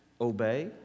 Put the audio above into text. obey